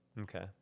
Okay